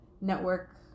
network